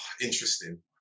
interesting